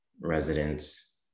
residents